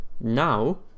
now